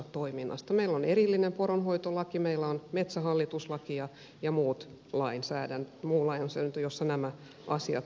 meillä on erillinen poronhoitolaki ja meillä on metsähallitus laki ja muu lainsäädäntö joissa nämä asiat tulevat julki